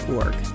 org